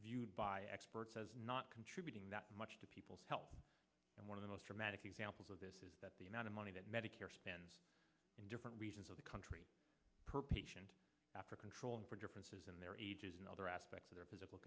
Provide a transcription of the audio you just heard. viewed by experts as not contributing that much to people's health and one of the most dramatic examples of this is that the amount of money that medicare spends in different regions of the country per patient after controlling for differences in their ages and other aspects of their physical